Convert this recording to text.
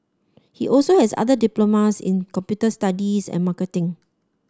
he also has other diplomas in computer studies and marketing